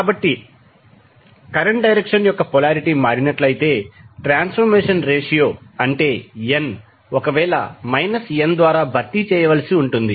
కాబట్టి current direction యొక్క polarity మారినట్లైతే ట్రాన్స్ఫర్మేషన్ రేషియో అంటే n ఒకవేళ n ద్వారా భర్తీ చేయవలసి ఉంటుంది